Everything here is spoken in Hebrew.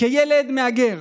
כילד מהגר